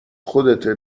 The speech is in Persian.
خودته